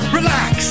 relax